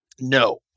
No